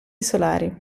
solari